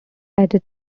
added